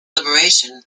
liberation